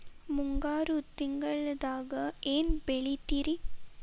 ಮುಂಗಾರು ತಿಂಗಳದಾಗ ಏನ್ ಬೆಳಿತಿರಿ?